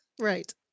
Right